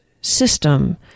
system